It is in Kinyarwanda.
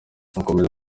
mukomeze